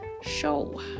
Show